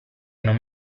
non